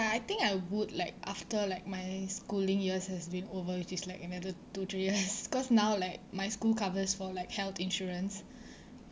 I think I would like after like my schooling years has been over which is like another two three years because now like my school covers for like health insurance